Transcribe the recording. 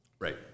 Right